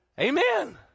Amen